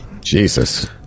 Jesus